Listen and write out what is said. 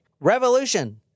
revolution